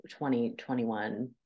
2021